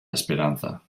esperanza